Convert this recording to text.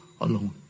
alone